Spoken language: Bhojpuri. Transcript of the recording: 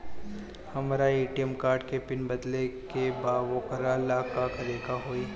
हमरा ए.टी.एम कार्ड के पिन बदले के बा वोकरा ला का करे के होई?